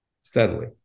steadily